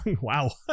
Wow